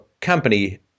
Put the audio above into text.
company